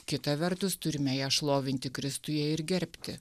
kita vertus turime ją šlovinti kristuje ir gerbti